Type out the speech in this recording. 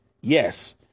yes